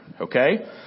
Okay